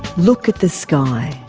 look at the sky,